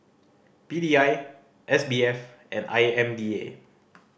P D I S B F and I M D A